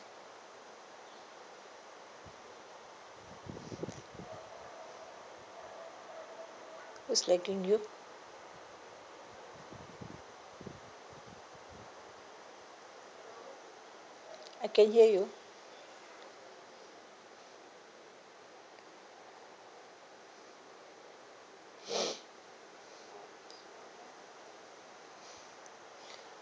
who's lagging you I can hear you